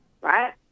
right